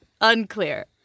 Unclear